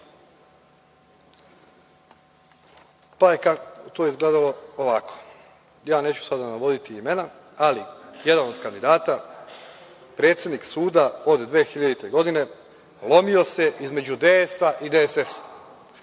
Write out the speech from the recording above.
pa je to izgledalo ovako. Neću sada navoditi imena, ali jedan od kandidata, predsednik suda od 2000. godine, lomio se između DS i DSS,